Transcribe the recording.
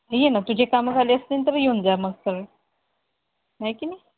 ये ना तुझे कामं झाले असतील तर येऊन जा मग सगळे आहे की नाही